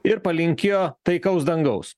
ir palinkėjo taikaus dangaus